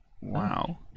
Wow